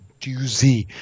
doozy